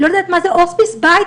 לא לדעת מה זה הוספיס בית,